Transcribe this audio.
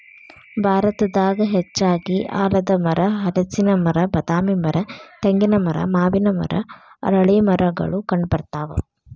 ಭಾರತದಾಗ ಹೆಚ್ಚಾಗಿ ಆಲದಮರ, ಹಲಸಿನ ಮರ, ಬಾದಾಮಿ ಮರ, ತೆಂಗಿನ ಮರ, ಮಾವಿನ ಮರ, ಅರಳೇಮರಗಳು ಕಂಡಬರ್ತಾವ